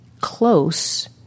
close